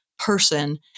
Person